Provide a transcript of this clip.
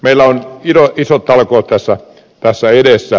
meillä on isot talkoot tässä edessä